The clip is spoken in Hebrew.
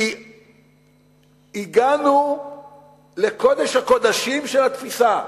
כי הגענו לקודש הקודשים של התפיסה: